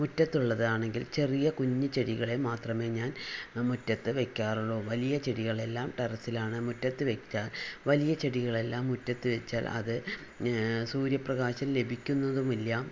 മുറ്റത്തുള്ളതാണെങ്കിൽ ചെറിയ കുഞ്ഞ് ചെടികളെ മാത്രമേ ഞാൻ മുറ്റത്ത് വയ്ക്കാറുള്ളൂ വലിയ ചെടികളെല്ലാം ടെറസിലാണ് മുറ്റത്ത് വച്ചാൽ വലിയ ചെടികളെല്ലാം മുറ്റത്ത് വച്ചാൽ അത് സൂര്യപ്രകാശം ലഭിക്കുന്നതുമില്ല